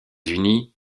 unis